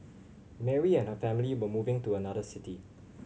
Mary and her family were moving to another city